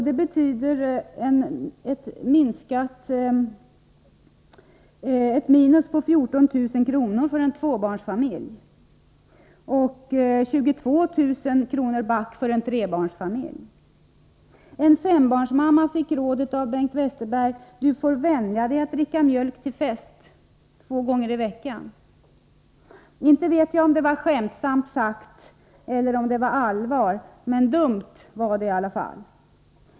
Det betyder ett minus på 14 000 kr. för en tvåbarnsfamilj och 22 000 kr. back för en trebarnsfamilj. En fembarnsmamma fick rådet av Bengt Westerberg: Du får vänja dig att dricka mjölk till fest, två gånger i veckan. Inte vet jag om det var skämtsamt sagt eller om det var allvar. Dumt var det i alla fall.